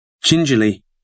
Gingerly